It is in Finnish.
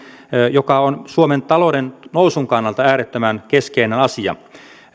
joka on suomen talouden nousun kannalta äärettömän keskeinen asia